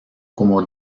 como